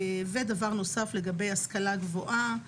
דבר נוסף, לגבי השכלה גבוהה.